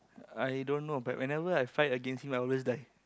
i don't know but whenever I fight against him I always die